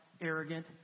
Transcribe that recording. arrogant